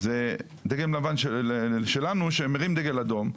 זה דגל לבן שלנו שמרים דגל אדום.